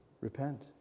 Repent